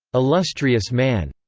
illustrious man.